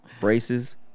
Braces